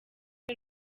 rwe